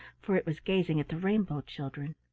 for it was gazing at the rainbow children.